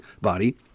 body